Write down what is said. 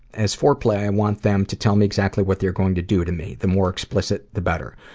as foreplay, i and want them to tell me exactly what they're going to do to me, the more explicit, the better.